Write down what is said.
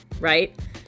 right